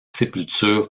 sépulture